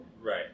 Right